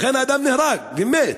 לכן האדם נהרג ומת.